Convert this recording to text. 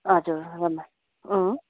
हजुर रम् उम्